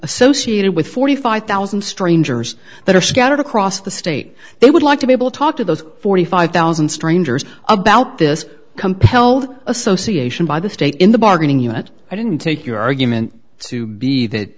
associated with forty five thousand strangers that are scattered across the state they would like to be able to talk to those forty five thousand strangers about this compelled association by the state in the bargaining unit i didn't take your argument to be that